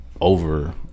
over